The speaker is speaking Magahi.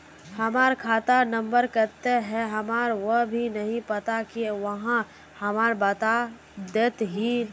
हमर खाता नम्बर केते है हमरा वो भी नहीं पता की आहाँ हमरा बता देतहिन?